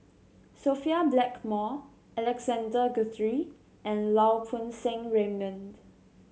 Sophia Blackmore Alexander Guthrie and Lau Poo Seng Raymond